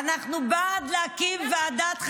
אני מבקש לא להפריע.